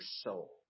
soul